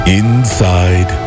inside